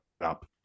up